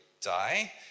die